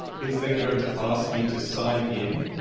it's then going to ask me to sign in